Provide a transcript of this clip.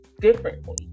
differently